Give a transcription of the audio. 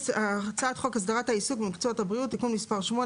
הצעת חוק הסדרת העיסוק במקצועות הבריאות (תיקון מס' 8)